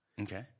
Okay